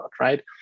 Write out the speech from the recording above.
right